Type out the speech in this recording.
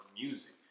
Music